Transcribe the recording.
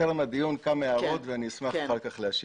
טרם הדיון כמה הערות ואחר כך אשמח להשיב.